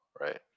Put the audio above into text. right